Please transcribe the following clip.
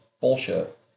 bullshit